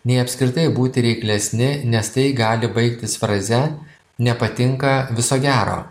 nei apskritai būti reiklesni nes tai gali baigtis fraze nepatinka viso gero